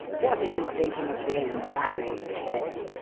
what are you thinking of being married for?